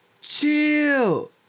chill